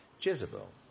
Jezebel